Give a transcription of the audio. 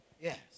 yes